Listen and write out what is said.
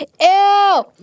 Ew